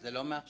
זה לא מעכשיו.